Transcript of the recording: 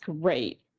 great